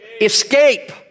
escape